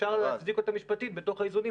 אפשר להצדיק אותה משפטית בתוך האיזונים,